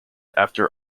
after